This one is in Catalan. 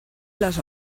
les